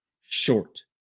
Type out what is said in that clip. short